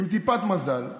עם טיפת מזל,